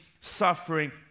suffering